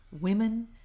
women